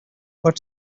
but